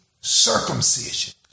circumcision